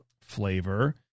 flavor